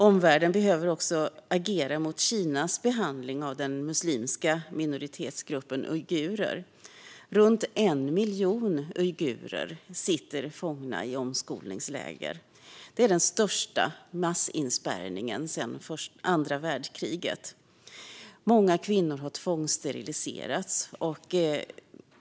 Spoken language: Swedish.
Omvärlden behöver också agera mot Kinas behandling av den muslimska minoritetsgruppen uigurer. Runt 1 miljon uigurer sitter fångna i omskolningsläger. Det är den största massinspärrningen sedan andra världskriget. Många kvinnor har tvångssteriliserats.